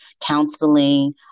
counseling